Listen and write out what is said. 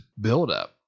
buildup